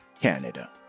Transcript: Canada